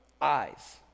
eyes